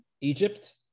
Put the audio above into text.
Egypt